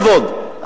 כבוד,